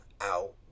out